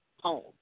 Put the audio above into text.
home